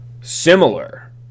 similar